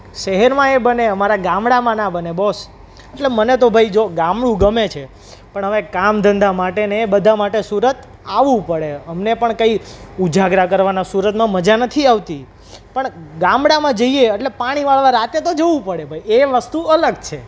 શહેરમાં એ બને અમારા ગામ ગામડામાં ના બને બૉસ એટલે મને તો ભાઈ જો ગામડું ગમે છે પણ હવે કામ ધંધા માટે ને એ બધા માટે સુરત આવવું પડે અમને પણ કંઈ ઉજાગરા કરવાના સુરતમાં મઝા નથી આવતી પણ ગામડામાં જઈએ એટલે પાણી વાળવા રાત્રે તો જવું પળે ભાઈ એ વસ્તુ અલગ છે